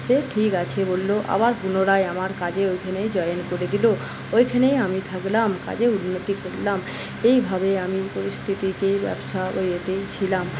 সে ঠিক আছে বললো আবার পুনরায় আমার কাজে ওখানে জয়েন করে দিলো ওইখানেই আমি থাকলাম কাজে উন্নতি করলাম এইভাবে আমি পরিস্থিতিকে ব্যবসা ও ইয়েতেই ছিলাম